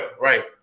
right